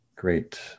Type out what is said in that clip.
Great